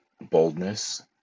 Boldness